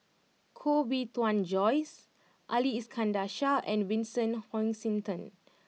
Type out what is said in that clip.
Koh Bee Tuan Joyce Ali Iskandar Shah and Vincent Hoisington